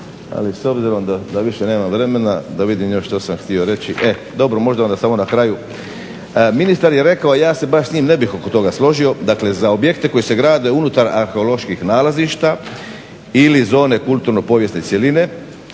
Ali s obzirom da više nemam vremena da vidim još što sam htio reći. E dobro, možda samo na kraju. Ministar je rekao a ja se baš s njim ne bih oko toga složio, dakle za objekte koji se gradi unutar arheoloških nalazišta ili zone kulturno-povijesne cjeline